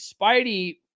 Spidey